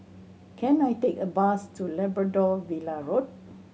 can I take a bus to Labrador Villa Road